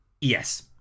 Yes